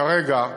כרגע,